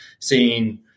Seeing